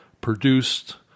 produced